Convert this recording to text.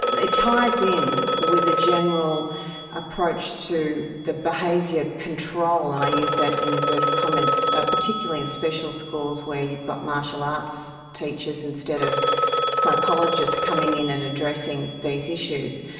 it ties in with the general approach to the behaviour control, and i use that in inverted commas, ah particularly in special schools where you've got martial arts teachers instead of psychologists coming in and addressing these issues.